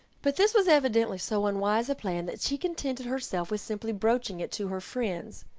but this was evidently so unwise a plan, that she contented herself with simply broaching it to her friends.